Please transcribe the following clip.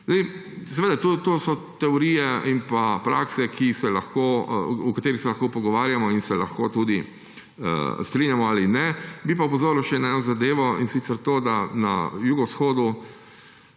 Seveda to so teorije in pa prakse, o katerih se lahko pogovarjamo in se lahko tudi strinjamo ali ne. Bi pa opozoril še na eno zadevo, in sicer to, da na jugovzhodu